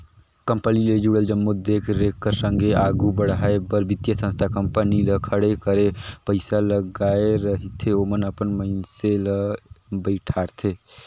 company ले जुड़ल जम्मो देख रेख कर संघे आघु बढ़ाए बर बित्तीय संस्था कंपनी ल खड़े करे पइसा लगाए रहिथे ओमन अपन मइनसे ल बइठारथे